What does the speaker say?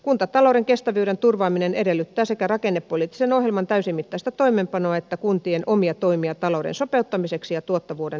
kuntatalouden kestävyyden turvaaminen edellyttää sekä rakennepoliittisen ohjelman täysimittaista toimeenpanoa että kuntien omia toimia talouden sopeuttamiseksi ja tuottavuuden parantamiseksi